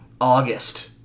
August